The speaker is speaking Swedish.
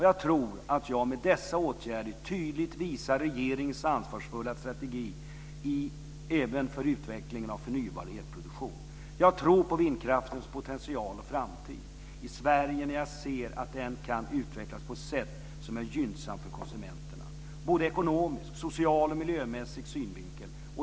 Jag tror att jag med dessa åtgärder tydligt visar regeringens ansvarsfulla strategi även för utvecklingen av förnybar elproduktion. Jag tror på vindkraftens potential och framtid i Sverige när jag ser att den kan utvecklas på ett sätt som är gynnsamt för konsumenterna, ur såväl ekonomisk som social och miljömässig synvinkel.